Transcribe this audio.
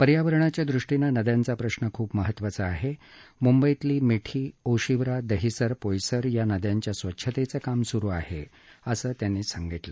पर्यावरणाच्या दृष्टीनं नद्यांचा प्रश्न खूप महत्त्वाचा आहे मुंबईतील मिठी ओशिवरा दहिसर पोयसर या नद्यांच्या स्वच्छेतचं काम सुरु आहे असं ते म्हणाले